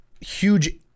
huge